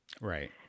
Right